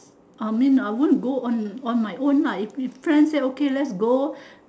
I mean I won't go on on my own lah if if friend say okay let's go